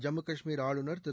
ஜம்மு கஷ்மீர் ஆளுநர் திரு